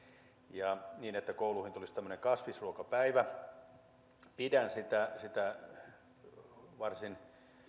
ja niin että kouluihin tulisi tämmöinen kasvisruokapäivä pidän sitä sitä varsin